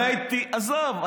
עזוב,